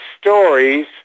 stories